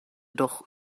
doch